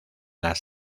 las